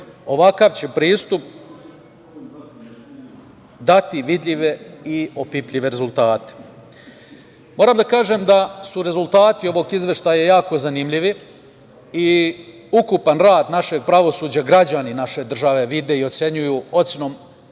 Ovakav će pristup dati vidljive i opipljive rezultate. Moram da kažem da su rezultati ovog Izveštaja jako zanimljivi i ukupan rad našeg pravosuđa građani naše države vide i ocenjuju na